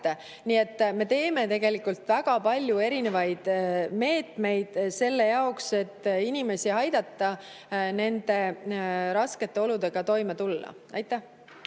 Nii et me teeme tegelikult väga palju erinevaid meetmeid selle jaoks, et aidata inimestel nende raskete oludega toime tulla. Jaanus